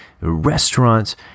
Restaurants